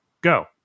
Go